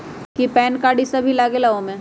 कि PAN card इ सब भी लगेगा वो में?